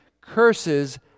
curses